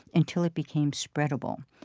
until it became spreadable.